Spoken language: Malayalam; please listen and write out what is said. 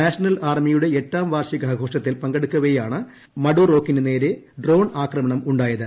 നാഷണൽ ആർമിയുടെ എട്ടാം വാർഷികാഘോഷത്തിൽ പങ്കെടുക്കവെയാണ് മഡുറോക്കിനുനേരെ ഡ്രോൺ ആക്രമണം ഉണ്ടായത്